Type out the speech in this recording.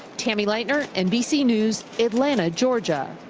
tammy leitner, nbc news, atlanta georgia.